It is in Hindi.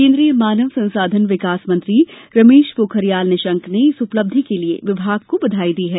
केंद्रीय मानव संसाधन विकास मंत्री रमेश पोखरियाल निशंक ने इस उपलब्धि के लिए विभाग को बधाई दी है